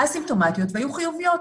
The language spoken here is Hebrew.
הן היו אסימפטומטיות והיו חיוביות.